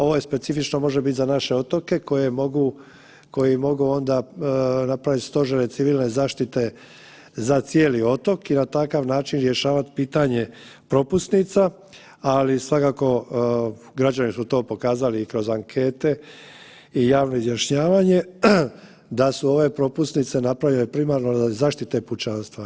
Ovaj specifično može biti za naše otoke koji mogu, koji mogu onda napraviti stožere civilne zaštite za cijeli otok i na takav način rješavati pitanje propusnica, ali svakako građani su to pokazali i kroz ankete i javno izjašnjavanje, da su ove propusnice napravljene primarno radi zaštite pučanstva.